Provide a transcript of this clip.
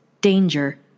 danger